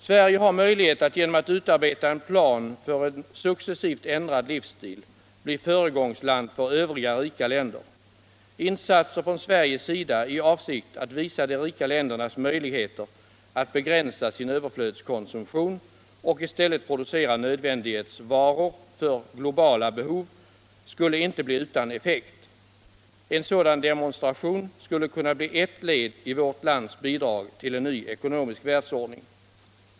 Sverige har möjlighet att genom att utarbeta en plan för en successivt ändrad livsstil bli föregångsland för övriga rika länder. Insatser från Sveriges sida i avsikt att visa de rika ländernas möjligheter att begränsa sin överflödskonsumtion och i stället producera nödvändighetsvaror för globala behov skulle inte bli utan effekt. En sådan ”demonstration” skulle kunna bli ess led i vårt lands bidrag till en ny ekonomisk världsordning!